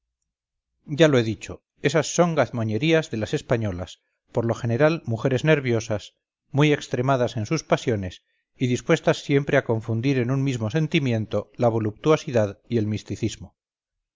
ya lo he dicho esas son gazmoñerías de las españolas por lo general mujeres nerviosas muy extremadas en sus pasiones y dispuestas siempre a confundir en un mismo sentimiento la voluptuosidad y el misticismo